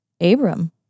Abram